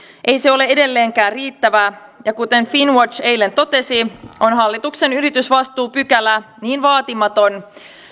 ei ole edelleenkään riittävästi ja kuten finnwatch eilen totesi on hallituksen yritysvastuupykälä niin vaatimaton